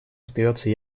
остается